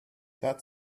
that